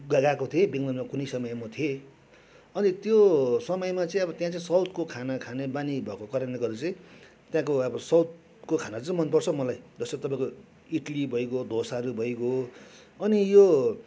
ग गएको थिएँ बेङ्गलोरमा कुनै समय म थिएँ अनि त्यो समयमा चाहिँ अब त्यहाँ चाहिँ साउथको खाना खाने बानी भएको कारणले गर्दा चाहिँ त्यहाँको अब साउथको खाना चाहिँ मनपर्छ मलाई जस्तो तपाईँको इडली भइगयो डोसाहरू भइगयो अनि यो